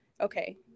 okay